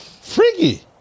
Freaky